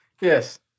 Yes